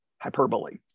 hyperbole